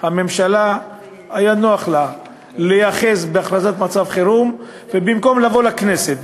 לממשלה היה נוח להיאחז בהכרזת מצב חירום במקום לבוא לכנסת,